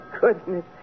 goodness